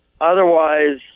otherwise